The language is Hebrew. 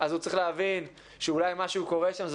אז הוא צריך להבין שאולי משהו קורה שם.